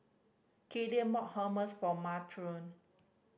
Killian bought Hummus for Montrell